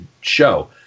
show